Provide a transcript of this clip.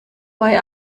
bei